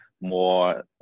more